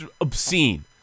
obscene